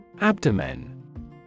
Abdomen